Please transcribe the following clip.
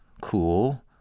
cool